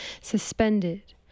suspended